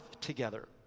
together